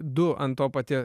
du ant to patie